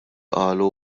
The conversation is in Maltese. qalu